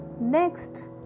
Next